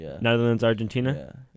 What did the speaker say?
Netherlands-Argentina